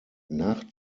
nach